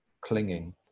clinging